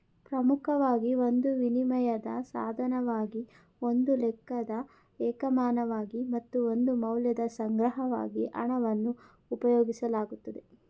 ಪ್ರಮುಖವಾಗಿ ಒಂದು ವಿನಿಮಯದ ಸಾಧನವಾಗಿ ಒಂದು ಲೆಕ್ಕದ ಏಕಮಾನವಾಗಿ ಮತ್ತು ಒಂದು ಮೌಲ್ಯದ ಸಂಗ್ರಹವಾಗಿ ಹಣವನ್ನು ಉಪಯೋಗಿಸಲಾಗುತ್ತೆ